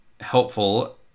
helpful